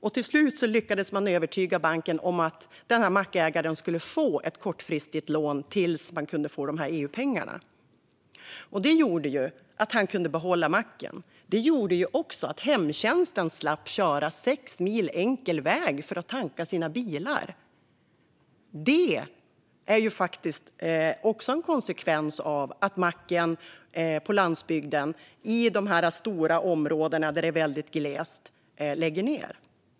Då lyckades man övertyga banken om att mackägaren skulle få ett kortfristigt lån tills han kunde få EU-pengarna. Det gjorde att han kunde behålla macken. Det gjorde även att hemtjänsten slapp köra sex mil enkel väg för att tanka sina bilar, något som också kan bli en konsekvens när mackarna på landsbygden läggs ned i de här stora områdena, där det är väldigt glest.